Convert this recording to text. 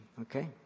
Okay